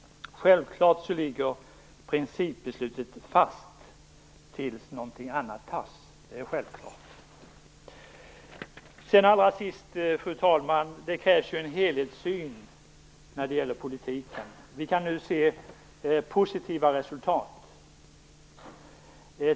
Självklart ligger principbeslutet fast tills något annat beslutas. Det krävs ju en helhetssyn när det gäller politiken. Vi kan nu se positiva resultat.